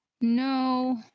no